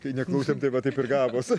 kai neklausėm tai va taip ir gavos